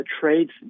trades